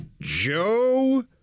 Joe